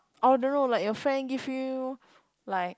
oh no no like your friend give you like